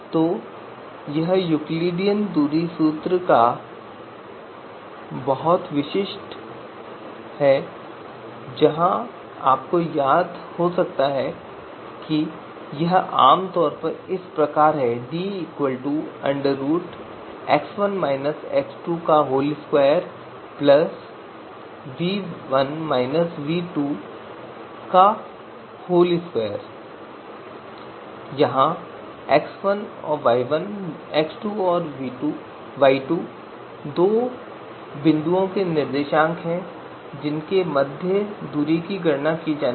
तो यह यूक्लिडियन दूरी सूत्र का बहुत विशिष्ट है जहाँ आपको याद हो सकता है कि यह आमतौर पर इस प्रकार है जहाँ x1 y1 और x2 y2 दो बिंदुओं के निर्देशांक हैं जिनके बीच की दूरी की गणना की जानी है